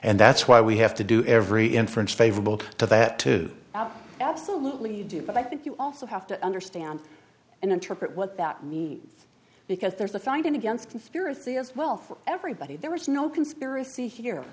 and that's why we have to do every inference favorable to that to absolutely do but i think you also have to understand and interpret what that because there's a finding against conspiracy as well for everybody there is no conspiracy here